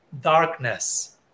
Darkness